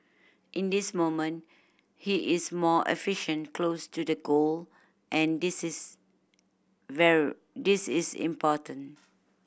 in this moment he is more efficient close to the goal and this is this is important